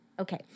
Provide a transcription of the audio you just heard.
Okay